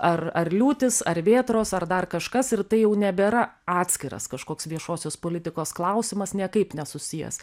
ar ar liūtys ar vėtros ar dar kažkas ir tai jau nebėra atskiras kažkoks viešosios politikos klausimas niekaip nesusijęs